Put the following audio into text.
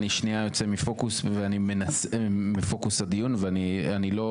אני שנייה יוצא מפוקוס הדיון ואני לא,